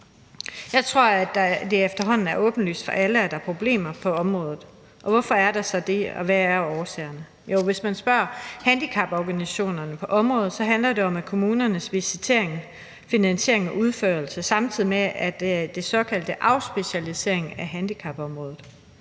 Jeg tror, det efterhånden er åbenlyst for alle, at der er problemer på området. Og hvorfor er der så det, og hvad årsagerne? Jo, hvis man spørger handicaporganisationerne på området, handler det om kommunernes visitering, finansiering og udførelse samtidig med den såkaldte afspecialisering af handicapområdet.